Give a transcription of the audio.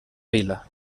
vila